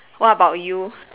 what about you